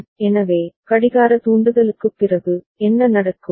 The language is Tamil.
JA B' KA 1 JB A KB 1 எனவே கடிகார தூண்டுதலுக்குப் பிறகு என்ன நடக்கும்